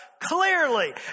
clearly